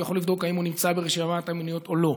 יכול לבדוק אם הוא נמצא ברשימת המניעויות או לא.